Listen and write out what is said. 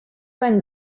ben